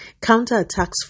Counterattacks